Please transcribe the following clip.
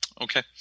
Okay